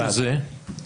שזה?